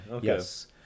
Yes